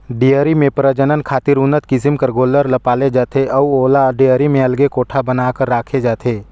dairy में प्रजनन खातिर उन्नत किसम कर गोल्लर ल पाले जाथे अउ ओला डेयरी में अलगे कोठा बना कर राखे जाथे